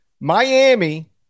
Miami